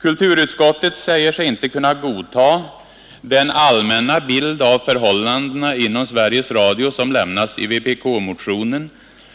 Kulturutskottet säger sig inte kunna godta den allmänna bild av förhållandena inom Sveriges Radio som lämnas i vpk-motionen,